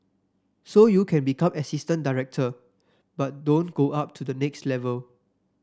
so you can become assistant director but don't go up to the next level